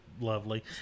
Lovely